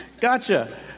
Gotcha